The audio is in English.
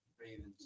Ravens